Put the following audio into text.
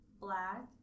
black